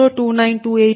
002928 p